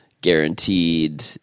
guaranteed